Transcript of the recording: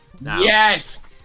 Yes